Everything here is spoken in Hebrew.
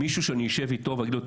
מישהו שאני אשב איתו ואני אגיד לו,